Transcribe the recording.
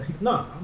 No